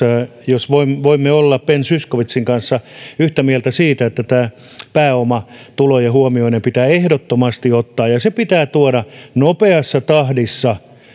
jos voimme voimme olla ben zyskowiczin kanssa yhtä mieltä siitä että erityisen tärkeätä on että pääomatulojen huomioiminen pitää ehdottomasti ottaa ja se pitää tuoda nopeassa tahdissa